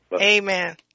Amen